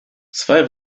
zwei